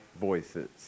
voices